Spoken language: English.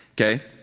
Okay